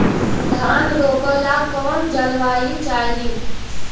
धान रोप ला कौन जलवायु चाही?